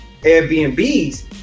Airbnbs